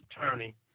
attorney